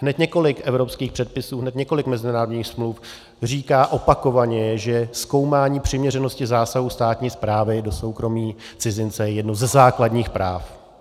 Hned několik evropských předpisů, hned několik mezinárodních smluv říká opakovaně, že zkoumání přiměřenosti zásahu státní správy do soukromí cizince je jedním ze základních práv.